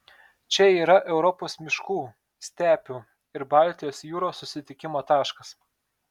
čia yra europos miškų stepių ir baltijos jūros susitikimo taškas